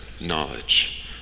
knowledge